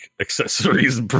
accessories